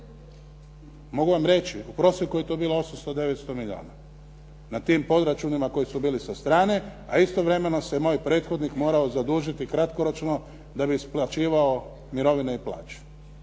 Mogu vam reći. u prosjeku je to bilo 800, 900 milijuna. Na tim podračunima koji su bili sa strane, a istovremeno se moj prethodnik morao zadužiti kratkoročno da bi isplaćivao mirovine i plaće.